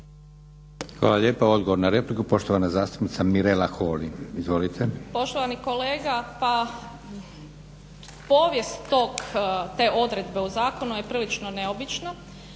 Hvala lijepo. Odgovor na repliku poštovana zastupnica Mirela Holy. **Holy, Mirela (SDP)** Poštovani kolega, pa povijest te odredbe u zakonu je prilično neobična.